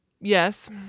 Yes